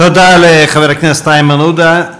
תודה לחבר הכנסת איימן עודה.